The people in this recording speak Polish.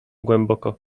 głęboko